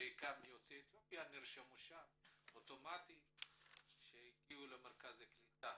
יוצאי אתיופיה נרשמו לקופה הזאת באופן אוטומטי כשהגיעו למרכזי הקליטה.